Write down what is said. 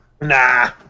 Nah